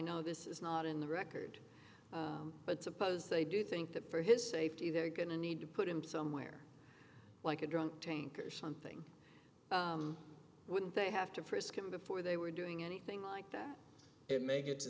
know this is not in the record but suppose they do think that for his safety they're going to need to put him somewhere like a drunk tank or something wouldn't they have to frisk him before they were doing anything like that it may